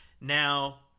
Now